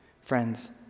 Friends